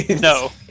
No